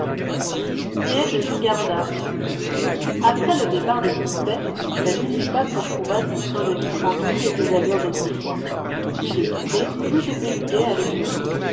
et elle le lui garda après le départ de tistet la mule du pape retrouva son train de vie tranquille et ses allures d'autrefois plus de quiquet plus de béluguet à l'écurie